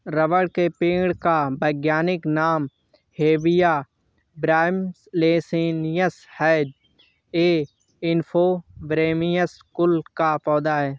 rubber के पेड़ का वैज्ञानिक नाम हेविया ब्रासिलिनेसिस है ये युफोर्बिएसी कुल का पौधा है